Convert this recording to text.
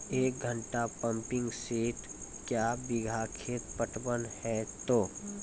एक घंटा pumping set क्या बीघा खेत पटवन है तो?